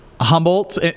Humboldt